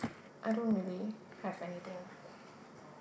I don't really have anything